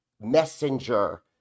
messenger